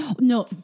No